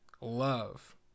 love